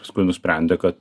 paskui nusprendė kad